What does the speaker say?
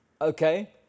Okay